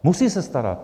Musí se starat.